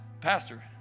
pastor